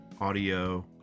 audio